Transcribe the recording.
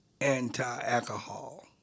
anti-alcohol